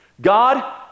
God